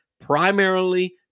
primarily